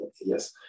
Yes